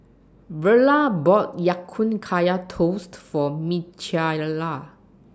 Verla bought Ya Kun Kaya Toast For Micayla